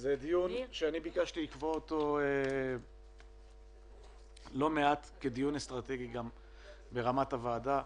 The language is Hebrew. זה דיון שאני ביקשתי לקבוע אותו כדיון אסטרטגי ברמת הוועדה,